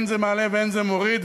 אין זה מעלה ואין זה מוריד,